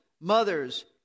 mothers